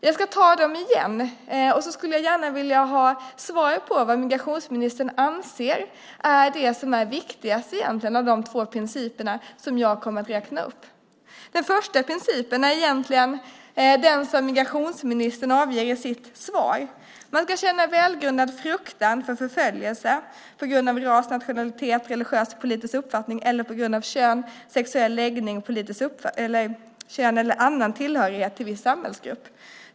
Jag ska ta dem igen, och jag skulle gärna vilja ha svar på vad migrationsministern egentligen anser är det som är viktigast av de två principer som jag kommer att ta upp. Den första principen är den som migrationsministern anger i sitt svar. Man ska känna välgrundad fruktan för förföljelse på grund av ras, nationalitet, religiös eller politisk uppfattning eller på grund av kön, sexuell läggning eller annan tillhörighet till viss samhällsgrupp.